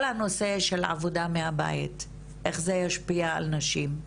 כל הנושא של עבודה מהבית, איך זה ישפיע על נשים,